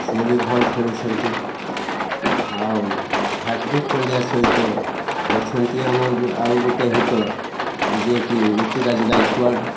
ସିଏ ବି ଭଲ୍ ଖେଳୁଛନ୍ତି ଆଉ ହାର୍ଦ୍ଧିକ ପାଣ୍ଡିଆ ସହିତ ଅଛନ୍ତି ଆମର ଆଉ ଗୋଟେ ହିଟର୍ ଯିଏକି ଋତୁରାଜ ଗାଏକ୍ୱାଡ଼